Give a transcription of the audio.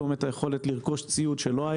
שלום.